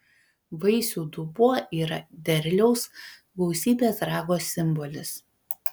vaisių dubuo yra derliaus gausybės rago simbolis